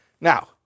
Now